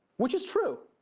which is true.